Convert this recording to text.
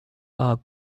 are